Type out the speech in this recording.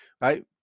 right